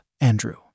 Andrew